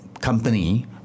company